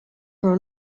for